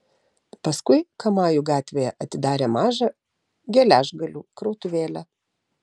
paskui kamajų gatvėje atidarė mažą geležgalių krautuvėlę